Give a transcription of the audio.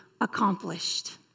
accomplished